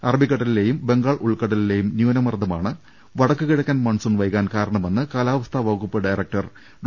അറബിക്കട ലിലെയും ബംഗാൾ ഉൾക്കടലിലേയും ന്യൂനമർദ്ദമാണ് വടക്ക് കിഴ ക്കൻ മൺസൂൺ വൈകാൻ കാരണമെന്ന് കാലാവസ്ഥാ വകുപ്പ് ഡയ റക്ടർ ഡോ